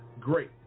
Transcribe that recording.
great